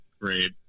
great